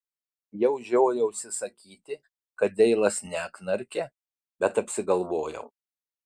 jau žiojausi sakyti kad deilas neknarkia bet apsigalvojau